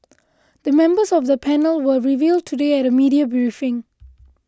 the members of the panel were revealed today at a media briefing